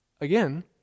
Again